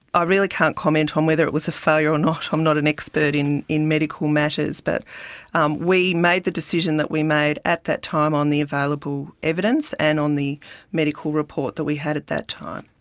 i really can't comment on um whether it was a failure or not, i'm not an expert in in medical matters. but um we made the decision that we made at that time on the available evidence and on the medical report that we had at that time.